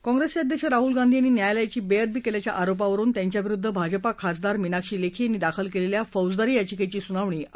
काँप्रेसचे अध्यक्ष राहुल गांधी यांनी न्यायालयाची बेअदबी केल्याच्या आरोपावरुन त्यांच्याविरुद्ध भाजपा खासदार मीनाक्षी लेखी यांनी दाखल केलेल्या फौजदारी याचिकेची सुनावणी आज होण्याची शक्यता आहे